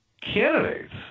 candidates